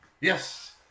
Yes